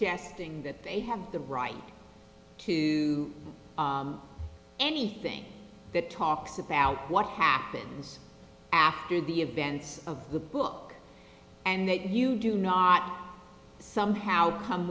the right to anything that talks about what happens after the events of the book and that you do not somehow come